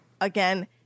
Again